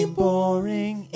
boring